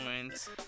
points